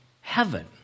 heaven